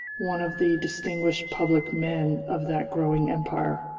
one of the distinguished public men of that growing empire.